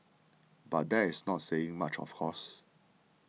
but that's not saying much of course